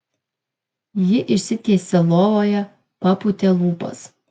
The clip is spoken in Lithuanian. ji išsitiesė lovoje papūtė lūpas